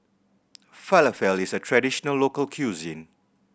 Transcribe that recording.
falafel is a traditional local cuisine